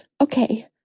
Okay